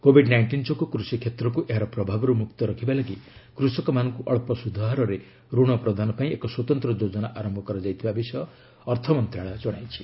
Covid nineteen ଯୋଗୁଁ କୃଷି କ୍ଷେତ୍ରକୁ ଏହାର ପ୍ରଭାବରୁ ମୁକ୍ତ ରଖିବା ଲାଗି କୃଷକମାନଙ୍କୁ ଅଳ୍ପ ସୁଧହାରରେ ରଣ ପ୍ରଦାନ ପାଇଁ ଏକ ସ୍ୱତନ୍ତ୍ର ଯୋଜନା ଆରମ୍ଭ କରାଯାଉଥିବାର ଅର୍ଥ ମନ୍ତ୍ରଣାଳୟ ଜଣାଇଛି